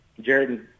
Jared